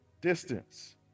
distance